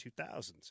2000s